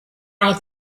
are